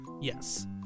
yes